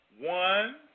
one